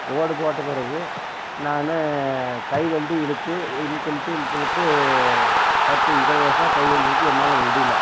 ஓடு போட்ட பிறகு நான் கைவண்டி இழுத்து இழுத்து இழுத்து இழுத்து இழுத்து பத்து இருபது வருஷமா கைவண்டி இழுத்து என்னால் முடியல